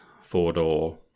four-door